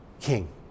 king